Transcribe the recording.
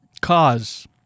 Cause